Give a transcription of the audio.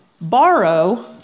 borrow